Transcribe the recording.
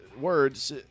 words